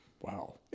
wow